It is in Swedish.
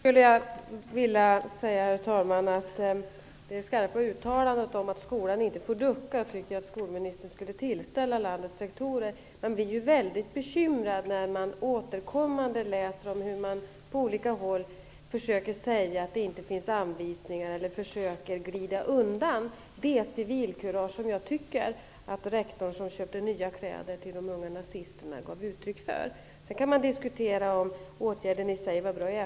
Herr talman! Det skarpa uttalandet om att skolan inte får ducka tycker jag att skolministern skulle tillställa landets rektorer. Jag blir väldigt bekymrad över att återkommande behöva läsa om hur man på olika håll försöker säga att det inte finns anvisningar eller försöker glida undan det civilkurage som jag tycker att den rektor gav uttryck för som köpte nya kläder till unga nazister. Sedan kan man i efterhand diskutera om åtgärden som sådan var bra.